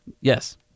Yes